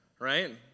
right